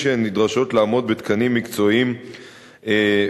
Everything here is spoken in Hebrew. שהן נדרשות לעמוד בתקנים מקצועיים בנושא.